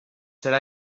serà